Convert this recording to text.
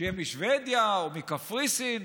שיהיה משבדיה או מקפריסין,